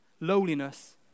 lowliness